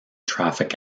traffic